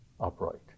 upright